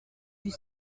fut